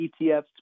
ETFs